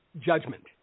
judgment